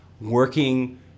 working